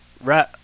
right